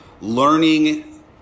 learning